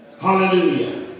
Hallelujah